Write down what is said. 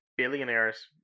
billionaires